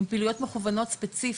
עם פעילויות מכוונות ספציפית,